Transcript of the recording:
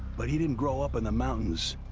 but he didn't grow up in the mountains.